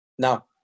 Now